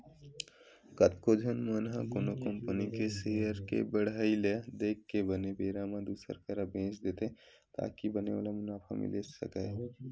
कतको झन मन ह कोनो कंपनी के सेयर के बड़हई ल देख के बने बेरा म दुसर करा बेंच देथे ताकि बने ओला मुनाफा मिले सकय